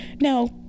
now